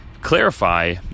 clarify